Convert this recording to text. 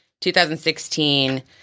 2016